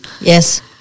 yes